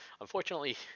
unfortunately